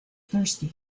thirsty